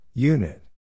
Unit